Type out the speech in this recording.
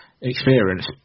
experience